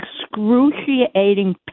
excruciating